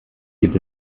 gibt